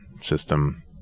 system